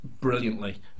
brilliantly